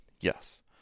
Yes